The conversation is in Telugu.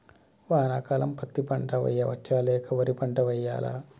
వానాకాలం పత్తి పంట వేయవచ్చ లేక వరి పంట వేయాలా?